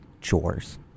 chores